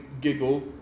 giggle